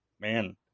man